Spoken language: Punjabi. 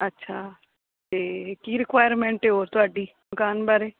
ਅੱਛਾ ਅਤੇ ਕੀ ਰਿਕੁਾਇਰਮੈਂਟ ਹੈ ਤੁਹਾਡੀ ਮਕਾਨ ਬਾਰੇ